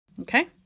Okay